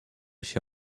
się